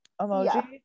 emoji